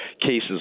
cases